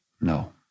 No